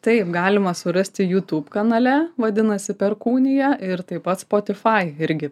taip galima surasti jutūb kanale vadinasi perkūnija ir taip pat spotifai irgi